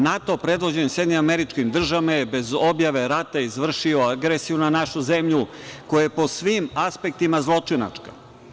NATO predvođen SAD bez objave rata izvršio agresiju na našu zemlju koja je po svim aspektima zločinačka.